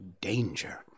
danger